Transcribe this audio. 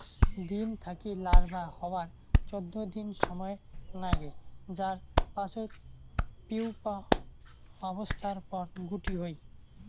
ডিম থাকি লার্ভা হবার চৌদ্দ দিন সমায় নাগে যার পাচত পিউপা অবস্থার পর গুটি হই